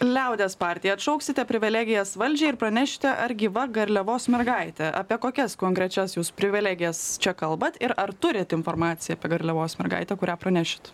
liaudies partija atšauksite privilegijas valdžiai ir pranešti ar gyva garliavos mergaitė apie kokias konkrečias jos privilegijas čia kalbat ir ar turit informaciją apie garliavos mergaitę kurią pranešit